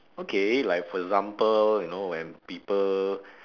okay like for example you know when people